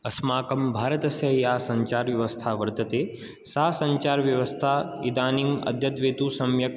अस्माकं भारतस्य या सञ्चारव्यवस्था वर्तते सा सञ्चारव्यवस्था इदानीम् अद्यत्वे तु सम्यक्